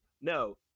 no